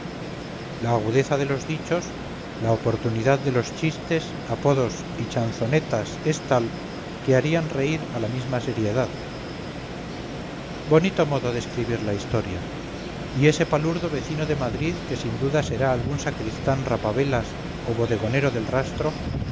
la agudeza de los dichos la oportunidad de los chistes apodos y chanzonetas es tal que harían reír a la misma seriedad bonito modo de escribir la historia y ese palurdo vecino de madrid que sin duda será algún sacristán rapavelas o bodegonero del rastro